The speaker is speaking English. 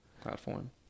platform